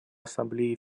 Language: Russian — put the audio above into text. ассамблеей